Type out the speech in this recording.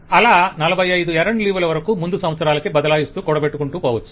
client అలా 45 ఎరండు leave ల వరకు ముందు సంవత్సరాలకి బదలాయిస్తూ కూడబెట్టుకుంటూ పోవచ్చు